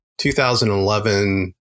2011